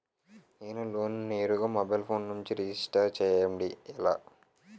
నేను లోన్ నేరుగా mobile phone నుంచి రిజిస్టర్ చేయండి ఎలా?